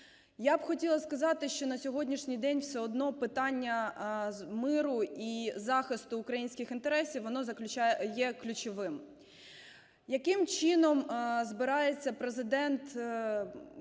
я б хотіла сказати, що на сьогоднішній день все одно питання миру і захисту українських інтересів воно є ключовим. Яким чином збирається Президент